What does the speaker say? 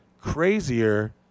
crazier